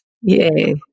Yay